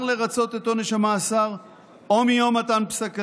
לרצות את עונש המאסר או מיום מתן פסק הדין,